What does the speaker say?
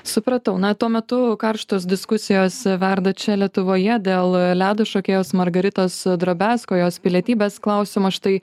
supratau na tuo metu karštos diskusijos verda čia lietuvoje dėl ledo šokėjos margaritos drobesko jos pilietybės klausimo štai